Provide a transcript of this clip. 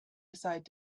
aside